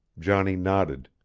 johnny nodded.